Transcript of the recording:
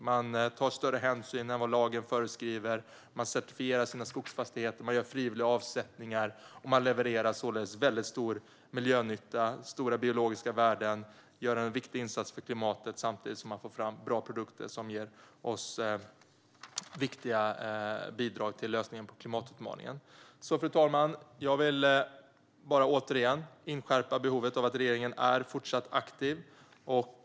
Man tar större hänsyn än vad lagen föreskriver, man certifierar sina skogsfastigheter och gör frivilliga avsättningar. Man levererar således väldigt stor miljönytta och stora biologiska värden och gör en viktig insats för klimatet, samtidigt som man får fram bra produkter som ger oss viktiga bidrag till lösningen på klimatutmaningen. Så, fru talman, jag vill bara återigen inskärpa behovet av att regeringen fortsätter att vara aktiv.